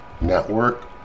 network